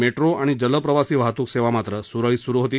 metro आणि जलप्रवासीवाहतूक सेवा मात्र सुरळीत सुरू होती